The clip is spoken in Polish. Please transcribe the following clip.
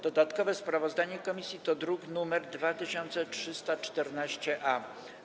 Dodatkowe sprawozdanie komisji to druk nr 2314-A.